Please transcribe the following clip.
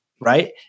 Right